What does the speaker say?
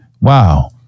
Wow